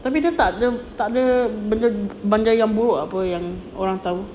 tapi dia takde takde benda benda yang buruk apa yang orang tahu